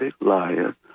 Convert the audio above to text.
liar